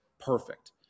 perfect